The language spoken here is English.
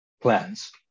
plans